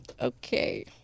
Okay